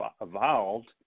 evolved